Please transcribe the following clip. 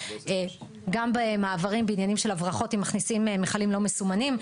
גם במעברים בעניינים של הברחות אם מכניסים מכלים לא מסומנים,